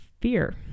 fear